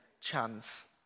chance